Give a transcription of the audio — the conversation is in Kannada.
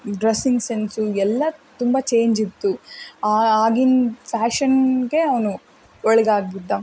ಡ್ರೆಸ್ಸಿಂಗ್ ಸೆನ್ಸು ಎಲ್ಲ ತುಂಬ ಚೇಂಜ್ ಇತ್ತು ಆಗಿನ ಫ್ಯಾಶನ್ಗೆ ಅವನು ಒಳಗಾಗಿದ್ದ